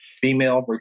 female